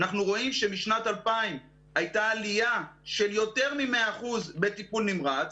אנחנו רואים שמשנת 2000 הייתה עלייה של יותר מ-100% בטיפול נמרץ,